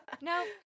No